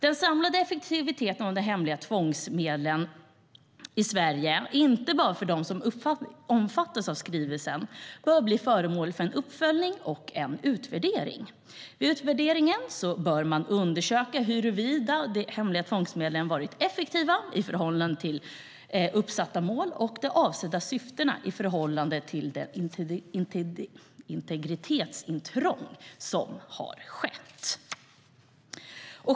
Den samlade effekten av de hemliga tvångsmedlen i Sverige, alltså inte bara de som omfattas av skrivelsen, bör bli föremål för en uppföljning och utvärdering. Vid utvärderingen bör man undersöka huruvida de hemliga tvångsmedlen varit effektiva i förhållande till uppsatta mål och avsett syfte i förhållande till det integritetsintrång som har skett.